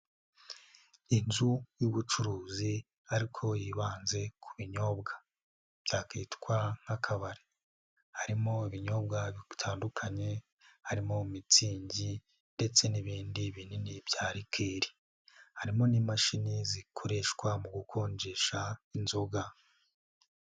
Inzu y'ubucuruzi ariko yibanze ku binyobwa byakitwa nk'akabari, harimo ibinyobwa bitandukanye harimo mitsingi ndetse n'ibindi binini bya rikeri, harimo n'imashini zikoreshwa mu gukonjesha inzoga.